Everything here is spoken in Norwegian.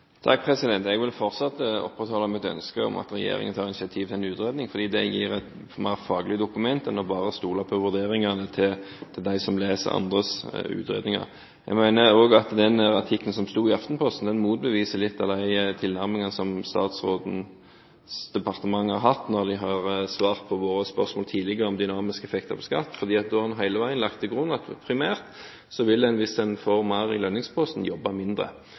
Jeg vil fortsatt opprettholde mitt ønske om at regjeringen tar initiativ til en utredning, fordi det gir et mer faglig dokument enn bare å stole på vurderingene til dem som leser andres utredninger. Jeg mener også at den artikkelen som sto i Aftenposten, motbeviser litt av de tilnærmingene som statsrådens departement har hatt. Når de har svart på våre spørsmål tidligere om dynamiske effekter på skatt, har de hele veien lagt til grunn at en primært hvis en får mer i lønningsposen, vil jobbe mindre